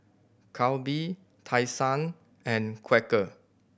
Calbee Tai Sun and Quaker